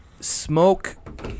Smoke